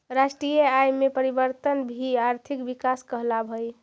राष्ट्रीय आय में परिवर्तन भी आर्थिक विकास कहलावऽ हइ